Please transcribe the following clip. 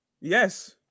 Yes